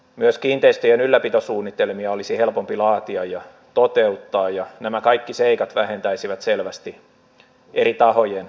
myös kiinteistöjen ylläpitosuunnitelmia olisi helpompi laatia ja toteuttaa ja nämä kaikki seikat vähentäisivät selvästi eri tahojen kustannuksia